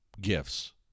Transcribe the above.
gifts